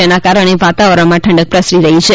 જેના કારણે વાતાવરણમાં ઠંડક પ્રસરી રહ્યી છે